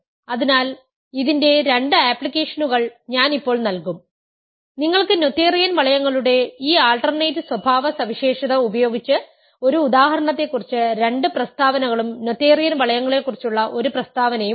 അതിനാൽ ഇതിന്റെ രണ്ട് ആപ്ലിക്കേഷനുകൾ ഞാൻ ഇപ്പോൾ നൽകും നിങ്ങൾക്ക് നോതെറിയൻ വളയങ്ങളുടെ ഈ ആൾട്ടർനേറ്റ് സ്വഭാവ സവിശേഷത ഉപയോഗിച്ച് ഒരു ഉദാഹരണത്തെക്കുറിച്ച് രണ്ട് പ്രസ്താവനകളും നോതെറിയൻ വളയങ്ങളെക്കുറിച്ചുള്ള ഒരു പ്രസ്താവനയും ഉണ്ട്